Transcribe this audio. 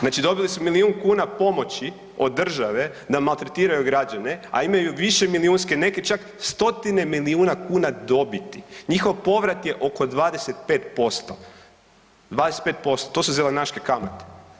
Znači dobili su milijun kuna pomoći od države da maltretiraju građane, a imaju višemilijunske, neke čak stotine milijuna kuna dobiti, njihov povrat je oko 25%, 25%, to su zelenaške kamate.